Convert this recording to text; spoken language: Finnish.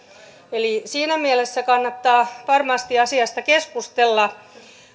eli siinä mielessä kannattaa varmasti asiasta keskustella